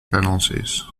penalties